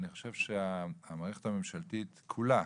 אני חושב שהמערכת הממשלתית כולה,